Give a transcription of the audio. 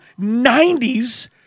90s